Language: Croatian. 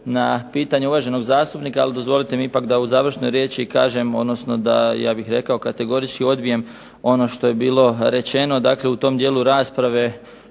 na pitanje uvaženog zastupnika. Ali dozvolite mi ipak da u završnoj riječi kažem, odnosno ja bih rekao kategorički odbijem ono što je bilo rečeno u tom dijelu rasprave,